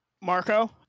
Marco